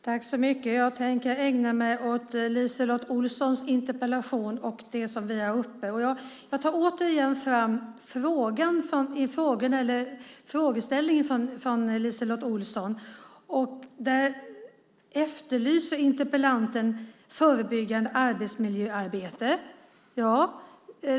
Herr talman! Jag tänker ägna mig åt LiseLotte Olssons interpellation. Jag tar återigen upp frågeställningen från LiseLotte Olsson. Interpellanten efterlyser förebyggande arbetsmiljöarbete.